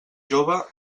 jove